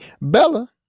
Bella